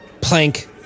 plank